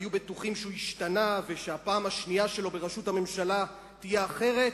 היו בטוחים שהוא השתנה והפעם השנייה שלו בראשות הממשלה תהיה אחרת,